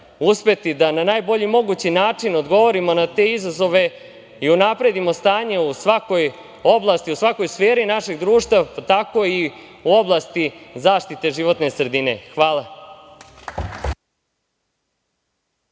uspeti da na najbolji mogući način odgovorimo na te izazove i unapredimo stanje u svakoj oblasti, u svakoj sferi našeg društva, pa tako i u oblasti zaštite životne sredine. Hvala.